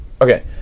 Okay